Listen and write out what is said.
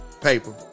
paper